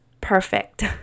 perfect